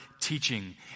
teaching